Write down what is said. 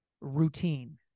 routine